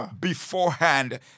beforehand